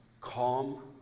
calm